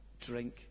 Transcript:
drink